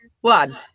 one